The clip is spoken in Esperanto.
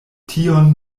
tion